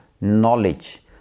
knowledge